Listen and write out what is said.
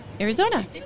Arizona